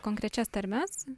konkrečias tarmes